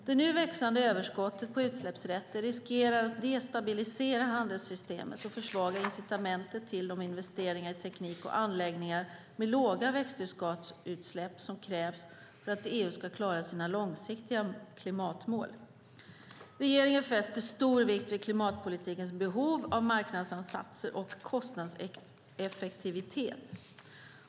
Det nu växande överskottet på utsläppsrätter riskerar att destabilisera handelssystemet och försvaga incitamentet till de investeringar i teknik och anläggningar med låga växthusgasutsläpp som krävs för att EU ska klara sina långsiktiga klimatmål. Regeringen fäster stor vikt vid klimatpolitikens behov av marknadsansatser och kostnadseffektivitet.